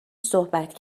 صحبت